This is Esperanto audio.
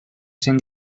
sen